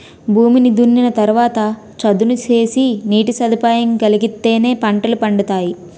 భూమిని దున్నిన తరవాత చదును సేసి నీటి సదుపాయం కలిగిత్తేనే పంటలు పండతాయి